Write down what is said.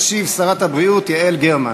תשיב שרת הבריאות יעל גרמן.